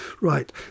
right